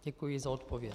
Děkuji za odpověď.